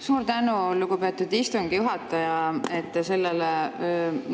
Suur tänu, lugupeetud istungi juhataja, et te sellele